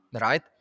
right